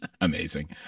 Amazing